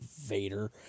Vader